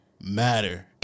matter